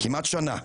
כמעט שנה.